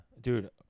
Dude